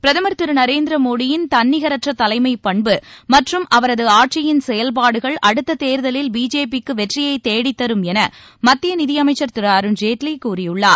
பிரதுர் திரு நரேந்திர மோடியின் தன்னிகரற்ற தலைமைப் பண்பு மற்றும் அவரது ஆட்சியில் செயல்பாடுகள் அடுத்த தேர்தலில் பிஜேபிக்கு வெற்றியைத் தேடித் தரும் என மத்திய நிதியமைச்சர் திரு அருண்ஜேட்லி கூறியுள்ளார்